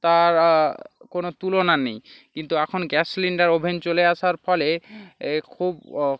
তার কোনও তুলনা নেই কিন্তু এখন গ্যাস সিলিন্ডার ওভেন চলে আসার ফলে এ খুব অ